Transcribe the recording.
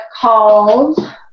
called